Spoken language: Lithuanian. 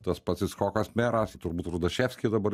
tas pats icchokas meras turbūt rudaševskį dabar